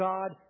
God